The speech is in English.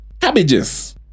cabbages